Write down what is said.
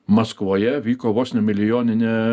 maskvoje vyko vos ne milijoninė